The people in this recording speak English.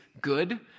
good